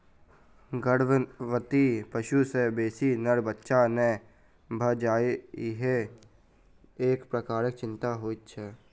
गर्भवती पशु सॅ बेसी नर बच्चा नै भ जाय ईहो एक प्रकारक चिंता होइत छै